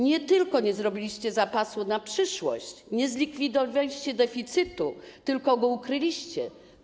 Nie zrobiliście zapasów na przyszłość, nie zlikwidowaliście deficytu, tylko go ukryliście.